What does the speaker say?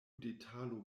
detalo